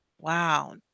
wow